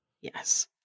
Yes